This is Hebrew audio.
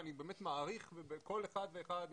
ואני באמת מעריך כל אחד ואחד,